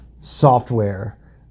software